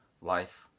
Life